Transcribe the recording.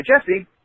Jesse